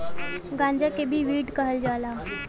गांजा के भी वीड कहल जाला